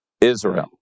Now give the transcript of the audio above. Israel